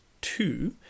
two